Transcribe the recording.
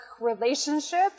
relationship